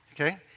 Okay